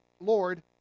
Lord